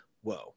whoa